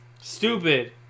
Stupid